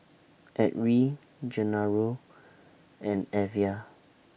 Edrie Genaro and Evia